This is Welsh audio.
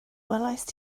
welaist